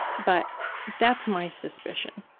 but that's my suspicion.